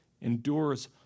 endures